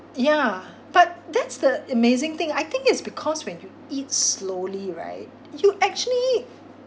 yeah but that's the amazing thing I think it's because when you eat slowly right you actually